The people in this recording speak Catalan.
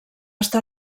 està